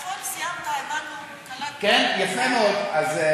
כן, יפה מאוד.